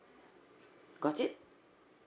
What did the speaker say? got it